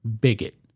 bigot